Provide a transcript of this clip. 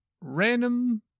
random